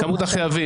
כמות החייבים.